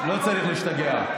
לא צריך להשתגע.